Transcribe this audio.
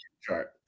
chart